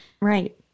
Right